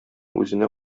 үзенә